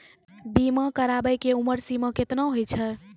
बीमा कराबै के उमर सीमा केतना होय छै?